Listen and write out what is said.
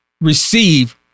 receive